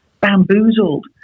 bamboozled